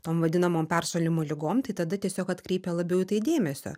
tom vadinamom peršalimo ligom tai tada tiesiog atkreipia labiau į tai dėmesio